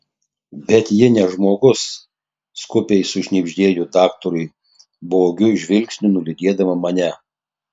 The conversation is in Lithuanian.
bet ji ne žmogus skubiai sušnibždėjo daktarui baugiu žvilgsniu nulydėdama mane